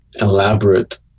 elaborate